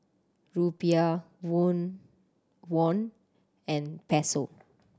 Rupiah Won and Peso